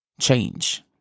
change